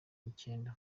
icyenda